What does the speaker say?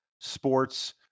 sports